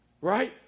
Right